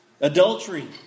Adultery